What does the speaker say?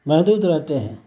محدود رہتے ہیں